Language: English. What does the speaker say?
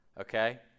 okay